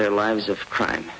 their lives of crime